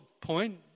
point